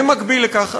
במקביל לכך,